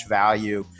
value